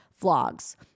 vlogs